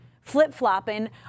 flip-flopping